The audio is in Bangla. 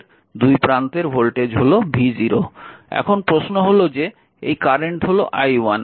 এখন প্রশ্ন হল যে এই কারেন্ট হল i1